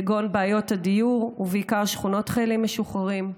כגון בעיית הדיור, ובעיקר שכונות חיילים משוחררים,